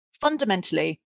fundamentally